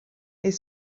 est